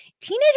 teenagers